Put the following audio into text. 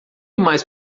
mais